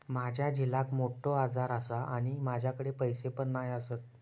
माझ्या झिलाक मोठो आजार आसा आणि माझ्याकडे पैसे पण नाय आसत